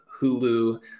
Hulu